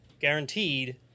guaranteed